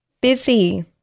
Busy